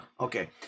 okay